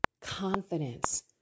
confidence